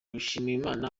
mushimiyimana